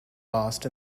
lost